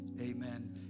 amen